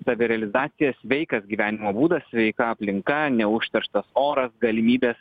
savirealizacija sveikas gyvenimo būdas sveika aplinka neužterštas oras galimybės